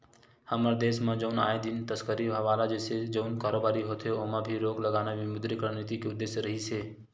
हमर देस म जउन आए दिन तस्करी हवाला जइसे जउन कारोबारी होथे ओमा भी रोक लगाना विमुद्रीकरन नीति के उद्देश्य रिहिस हे